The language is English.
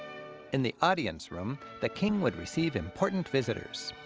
in the audience room, the king would receive important visitors.